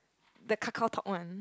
the KakaoTalk one